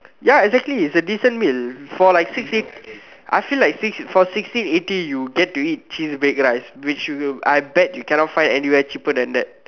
ya exactly it's a decent meal for like six eighty I feel like six for six eighty you get to eat cheese baked rice which you I bet you cannot find anywhere cheaper than that